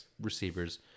receivers